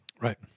Right